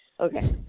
Okay